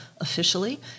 officially